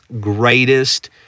greatest